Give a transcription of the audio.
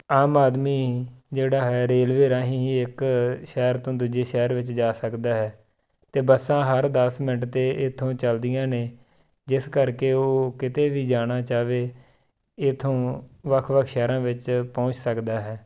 ਆਮ ਆਦਮੀ ਜਿਹੜਾ ਹੈ ਰੇਲਵੇ ਰਾਹੀਂ ਇੱਕ ਸ਼ਹਿਰ ਤੋਂ ਦੂਜੇ ਸ਼ਹਿਰ ਵਿੱਚ ਜਾ ਸਕਦਾ ਹੈ ਅਤੇ ਬੱਸਾਂ ਹਰ ਦਸ ਮਿੰਟ 'ਤੇ ਇਥੋਂ ਚੱਲਦੀਆਂ ਨੇ ਜਿਸ ਕਰਕੇ ਉਹ ਕਿਤੇ ਵੀ ਜਾਣਾ ਚਾਹ ਵੇ ਇਥੋਂ ਵੱਖ ਵੱਖ ਸ਼ਹਿਰਾਂ ਵਿੱਚ ਪਹੁੰਚ ਸਕਦਾ ਹੈ